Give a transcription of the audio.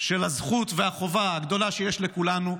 של הזכות והחובה הגדולה שיש לכולנו,